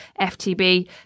FTB